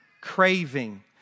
craving